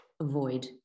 avoid